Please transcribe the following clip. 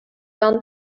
gone